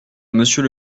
monsieur